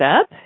up